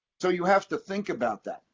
so you have to think about that.